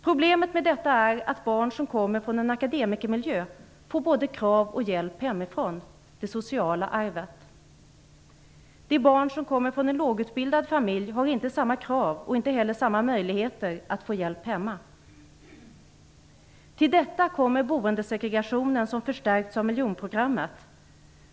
Problemet med detta är att barn som kommer från en akademikermiljö får både krav och hjälp hemifrån - det sociala arvet. De barn som kommer från en lågutbildad familj har inte samma krav och inte heller samma möjligheter att få hjälp hemma. Till detta kommer boendesegregationen, som förstärkts av miljonprogrammet.